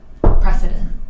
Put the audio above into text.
precedent